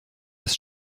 ist